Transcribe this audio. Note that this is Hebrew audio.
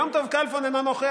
יום טוב כלפון, אינו נוכח.